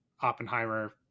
Oppenheimer